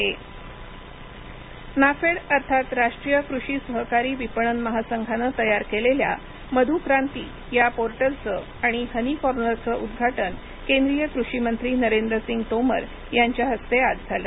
मध्क्रांती नाफेड अर्थात राष्ट्रीय कृषी सहकारी विपणन महासंघानं तयार केलेल्या मधुक्रांति या पोर्टलचं आणि हनी कॉर्नरचं उद्घाटन केंद्रीय कृषी मंत्री नरेंद्र सिंग तोमर यांच्या हस्ते आज झालं